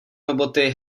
roboty